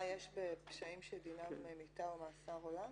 מה יש בפשעים שדינם מיתה או מאסר עולם?